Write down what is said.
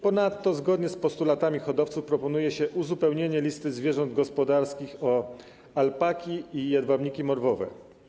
Ponadto zgodnie z postulatami hodowców proponuje się uzupełnienie listy zwierząt gospodarskich o alpaki i jedwabniki morwowe.